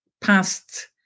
past